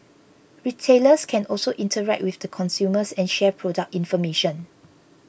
retailers can also interact with the consumers and share product information